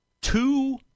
two